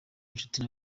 inshuti